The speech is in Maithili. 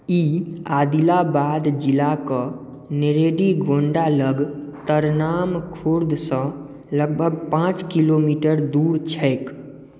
ई आदिलाबाद जिलाके नेरेडीगोंडा लग तरनाम खुर्दसँ लगभग पाँच किलोमीटर दूर छैक